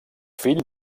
fill